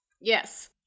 Yes